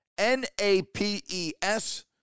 N-A-P-E-S